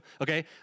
Okay